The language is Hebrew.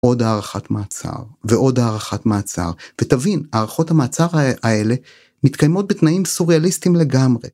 עוד הארכת מעצר ועוד הארכת מעצר ותבין הארכות המעצר האלה מתקיימות בתנאים סוריאליסטיים לגמרי.